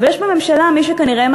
אבל יש בממשלה מי שמעדיפים,